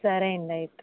సరే అండి అయితే